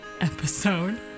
episode